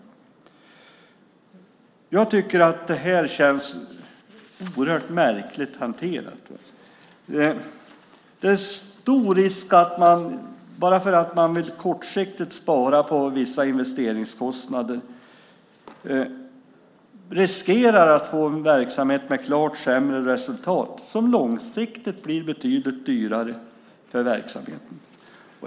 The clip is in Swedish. Det verkar oerhört märkligt hanterat. Det är stor risk att man, bara för att man kortsiktigt vill spara på vissa investeringskostnader, får en verksamhet med klart sämre resultat som långsiktigt blir betydligt dyrare.